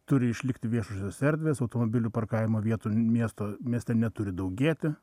turi išlikti viešosios erdvės automobilių parkavimo vietų miesto mieste neturi daugėti